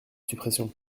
suppression